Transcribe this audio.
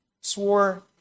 swore